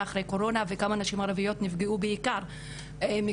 אחרי הקורונה וכמה נשים ערביות נפגעו בעיקר מקורונה,